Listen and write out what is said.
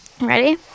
Ready